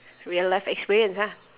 real life experience ah